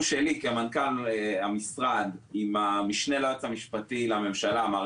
שלי כמנכ"ל המשרד עם המשנה ליועץ המשפטי לממשלה מר